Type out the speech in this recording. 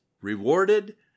rewarded